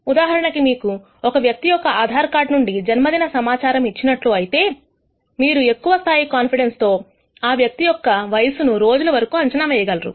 ఉదాహరణకి మీకు ఒక వ్యక్తి యొక్క ఆధార్ కార్డ్ నుండి జన్మదిన సమాచారము ఇచ్చినట్లు అయితే మీరు ఎక్కువ స్థాయి కాన్ఫిడెన్స్ తో ఆ వ్యక్తి యొక్క వయసును రోజుల వరకూ అంచనా వేయగలరు